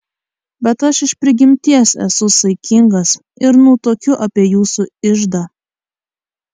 bet aš iš prigimties esu saikingas ir nutuokiu apie jūsų iždą